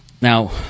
now